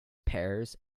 pears